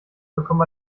bekommt